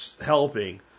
helping